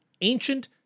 ancient